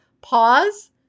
pause